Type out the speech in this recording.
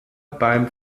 beim